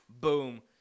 boom